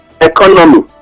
economy